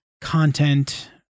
content